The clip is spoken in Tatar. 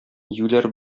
юләр